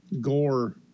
gore